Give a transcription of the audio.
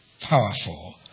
Powerful